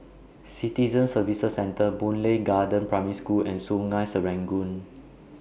Citizen Services Centre Boon Lay Garden Primary School and Sungei Serangoon